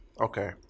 Okay